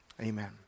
Amen